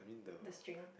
the string